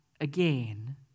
again